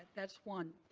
that's one.